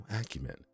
acumen